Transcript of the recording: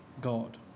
God